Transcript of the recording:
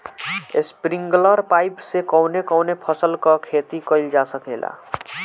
Sprinkler pipe से कवने कवने फसल क खेती कइल जा सकेला?